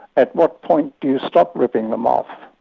at what point do you stop ripping them off?